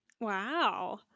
Wow